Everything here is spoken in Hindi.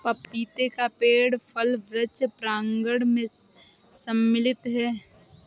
पपीते का पेड़ फल वृक्ष प्रांगण मैं सम्मिलित है